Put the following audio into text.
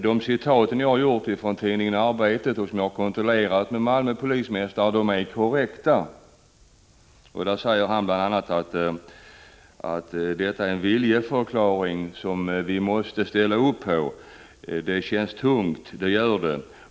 ”Han vill inte kalla justitieministerns framställan till polisdistrikten en order. — Säg hellre en allvarligt menad viljeförklaring från regeringen som vi måste ställa upp på. Det känns tungt, det gör det.